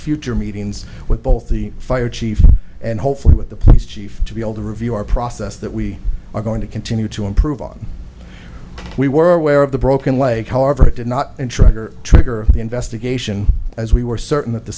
future meetings with both the fire chiefs and hopefully with the police chief to be able to review our process that we are going to continue to improve on we were aware of the broken leg however it did not interest her trigger the investigation as we were certain that the